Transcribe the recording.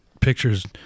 pictures